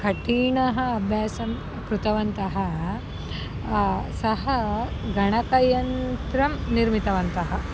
कठीणम् अभ्यासं कृतवन्तः सः गणकयन्त्रं निर्मितवन्तः